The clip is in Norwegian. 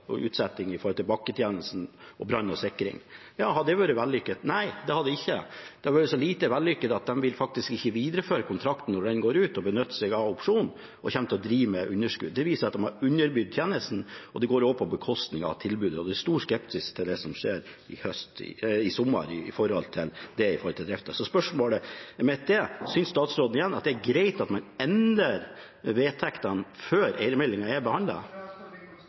bakketjenesten og brann og sikring – har det vært vellykket? Nei, det har det ikke. Det har vært så lite vellykket at de faktisk ikke vil videreføre kontrakten når den går ut, og benytte seg av opsjonen, og kommer til å drive med underskudd. Det viser at de har underbydd tjenesten. Det går også på bekostning av tilbudet, og det er stor skepsis til det som skjer i sommer, med hensyn til driften. Spørsmålet mitt er: Synes statsråden det er greit at man endrer vedtektene før eiermeldingen er